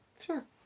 Sure